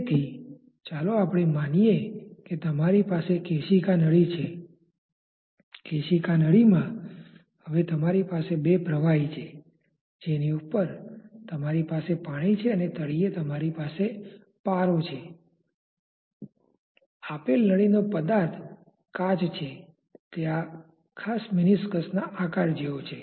તેથી ચાલો આપણે માનીએ કે તમારી પાસે કેશિકા નળી છે કેશિકા નળીમાં હવે તમારી પાસે બે પ્રવાહી છે જેની ઉપર તમારી પાસે પાણી છે અને તળિયે તમારી પાસે પારો છે આપેલ નળી નો પદાર્થ કાચ છે તે આ ખાસ મેનિસ્કસના આકાર જેવો છે